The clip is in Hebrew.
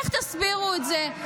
איך תסבירו את זה?